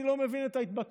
אני לא מבין את ההתבטאויות,